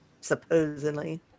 Supposedly